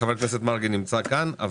חבר הכנסת מרגי נמצא איתנו כאן.